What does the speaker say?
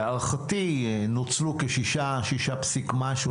להערכתי נוצלו כ-6 או 6 פסיק משהו,